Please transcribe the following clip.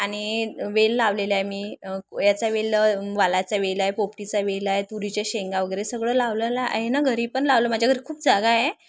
आणि वेल लावलेला आहे मी याचा वेल वालाचा वेल आहे पोपटीचा वेल आहे तुरीच्या शेंगा वगैरे सगळं लावलेलं आहे ना घरी पण लावलं माझ्या घरी खूप जागा आहे